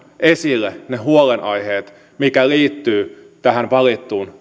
esille ne huolenaiheet mitkä liittyvät tähän valittuun